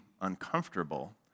uncomfortable